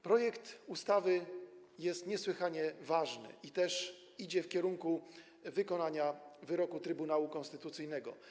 Projekt ustawy jest niesłychanie ważny i idzie w kierunku wykonania wyroku Trybunału Konstytucyjnego.